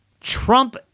Trump